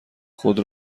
خود